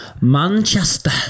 Manchester